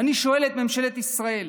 ואני שואל את ממשלת ישראל: